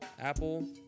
Apple